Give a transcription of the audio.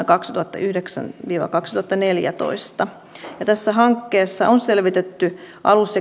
kaksituhattayhdeksän viiva kaksituhattaneljätoista ja tässä hankkeessa on selvitetty alus